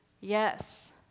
Yes